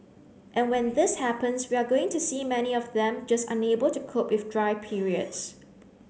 and when this happens we are going to see many of them just unable to cope with dry periods